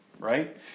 right